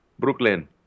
Brooklyn